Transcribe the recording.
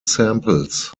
samples